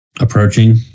approaching